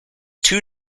two